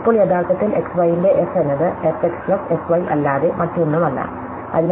ഇപ്പോൾ യഥാർത്ഥത്തിൽ x y ന്റെ f എന്നത് f x plus f y അല്ലാതെ മറ്റൊന്നുമല്ല